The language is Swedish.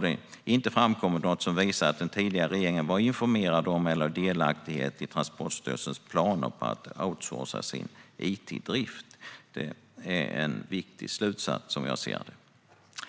det inte framkommit något som visar att den var informerad om eller delaktig i Transportstyrelsens planer på att outsourca sin it-drift. Det är en viktig slutsats som jag ser det.